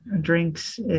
drinks